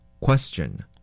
Question